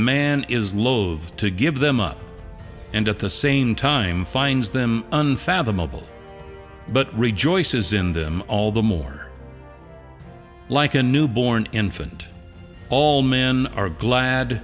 man is loath to give them up and at the same time finds them unfathomable but rejoices in them all the more like a newborn infant all men are glad